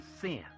sin